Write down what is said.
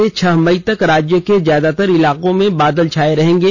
से छह मई तक राज्य के ज्यादातर इलाके में बादल छाए रहेंगे